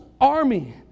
army